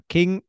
King